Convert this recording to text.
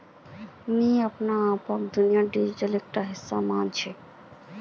मुई अपने आपक डिजिटल इंडियार एकटा हिस्सा माने छि